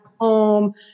home